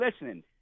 listening